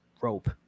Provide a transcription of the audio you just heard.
rope